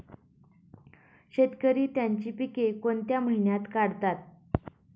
शेतकरी त्यांची पीके कोणत्या महिन्यात काढतात?